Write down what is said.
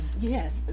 yes